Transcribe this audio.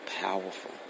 powerful